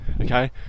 okay